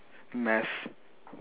math